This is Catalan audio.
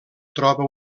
troba